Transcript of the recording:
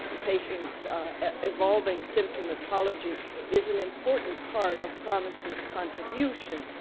patients' evolving symptomatology is an important part of promises contribution,